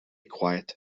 quiet